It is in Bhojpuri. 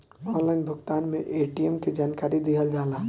ऑनलाइन भुगतान में ए.टी.एम के जानकारी दिहल जाला?